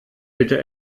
bitte